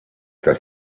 that